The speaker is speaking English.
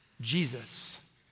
Jesus